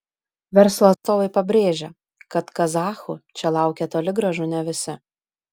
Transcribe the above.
verslo atstovai pabrėžia kad kazachų čia laukia toli gražu ne visi